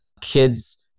kids